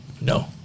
No